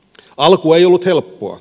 alku ei ollut helppoa